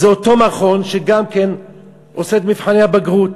זה אותו מכון שגם עושה את מבחני הבגרות.